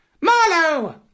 Marlow